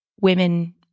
women